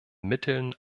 mitteln